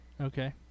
Okay